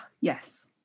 yes